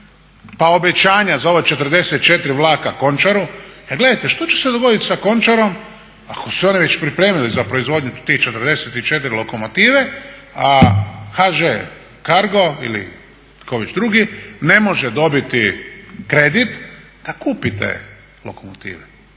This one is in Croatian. pa obećanja za ova 44 vlaka Končaru. Jer gledajte što će se dogoditi sa Končarom ako su se oni već pripremili za proizvodnju tih 44 lokomotive, a HŽ CARGO ili tko već drugi ne može dobiti kredit da kupi te lokomotive.